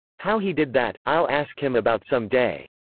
how he did that, i'll ask him about some day.